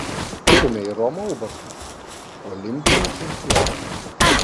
turime ir romą ubartą olimpinį čempioną